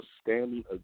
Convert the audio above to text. standing